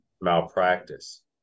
malpractice